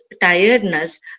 tiredness